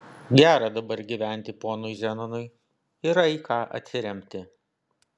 gera dabar gyventi ponui zenonui yra į ką atsiremti